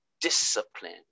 discipline